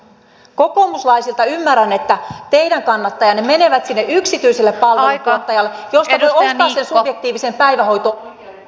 kokoomuslaisilta ymmärrän että teidän kannattajanne menevät sinne yksityiselle palveluntuottajalle jolta voi ostaa sen subjektiivisen päivähoito oikeuden koko päiväksi